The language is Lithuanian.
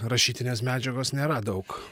rašytinės medžiagos nėra daug